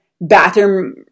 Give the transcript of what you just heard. bathroom